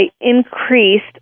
increased